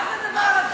מה זה הדבר הזה?